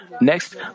Next